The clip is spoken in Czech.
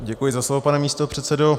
Děkuji za slovo, pane místopředsedo.